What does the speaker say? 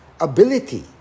ability